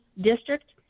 District